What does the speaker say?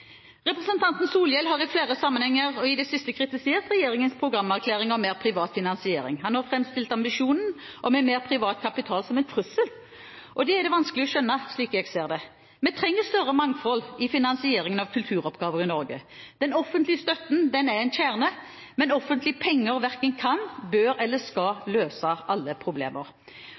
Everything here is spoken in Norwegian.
Representanten Solhjell har i flere sammenhenger i det siste kritisert regjeringens programerklæring om mer privat finansiering. Han har framstilt ambisjonen om mer privat kapital som en trussel. Det er det vanskelig å skjønne, slik jeg ser det. Vi trenger større mangfold i finansieringen av kulturoppgaver i Norge. Den offentlige støtten er en kjerne, men offentlige penger verken kan, bør eller skal løse alle problemer.